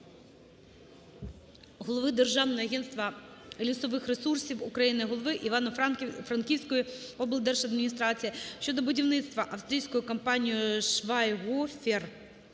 голови Державного агентства лісових ресурсів України, голови Івано-Франківської облдержадміністрації щодо будівництва австрійською компанією "Швайгофер"